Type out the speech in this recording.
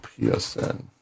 PSN